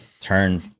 turn